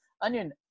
Onion